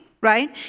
right